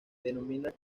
denominan